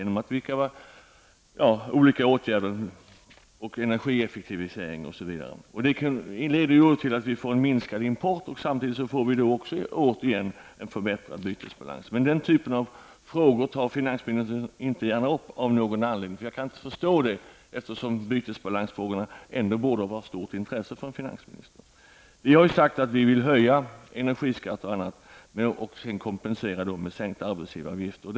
Det kan ske genom olika åtgärder, bl.a. genom en effektivare energianvändning. Det leder till att vi får en minskad import och därmed återigen en förbättrad bytesbalans. Men den typen av frågor tar finansministern inte gärna upp. Jag kan inte förstå det, eftersom bytesbalansfrågorna ändå borde vara av stort intresse för en finansminister. Vi har sagt att vi vill höja energiskatter och annat och kompensera detta med en sänkning av arbetsgivaravgifterna.